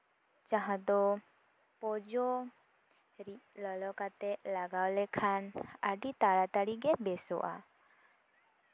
ᱡᱟᱦᱟᱸ ᱫᱚ ᱯᱚᱡᱚ ᱨᱤᱫ ᱞᱚᱞᱚ ᱠᱟᱛᱮᱜ ᱞᱟᱜᱟᱣ ᱞᱮᱠᱷᱟᱱ ᱟᱹᱰᱤ ᱛᱟᱲᱟ ᱛᱟᱹᱲᱤᱜᱮ ᱵᱮᱥᱚᱜᱼᱟ